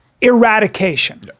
eradication